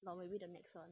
not maybe the mixer